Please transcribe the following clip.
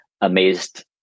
amazed